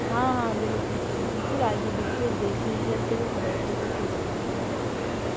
हाँ हाँ बिल् बिल्कुल आइए बिल्कुल देख लीजिए अच्छे से समझ लीजिए फिर बताइएगा जैसा होगा